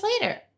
later